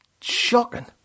shocking